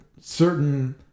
Certain